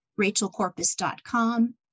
rachelcorpus.com